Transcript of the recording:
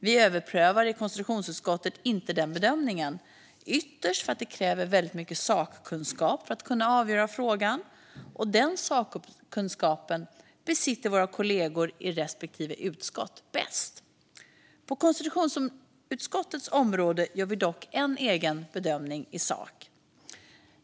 Vi överprövar inte den bedömningen i konstitutionsutskottet, vilket ytterst beror på att det kräver väldigt mycket sakkunskap att kunna avgöra frågan, och det är våra kollegor i respektive utskott som främst besitter den sakkunskapen. På konstitutionsutskottets område gör vi dock en egen bedömning i sak.